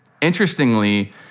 Interestingly